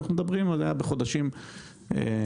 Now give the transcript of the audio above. אנחנו מדברים על עלייה בחודשים נובמבר,